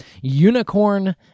Unicorn